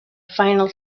final